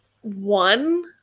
one